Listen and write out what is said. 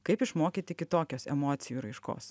kaip išmokyti kitokios emocijų raiškos